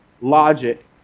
logic